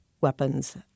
weapons